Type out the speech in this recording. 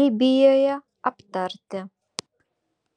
libijoje aptarti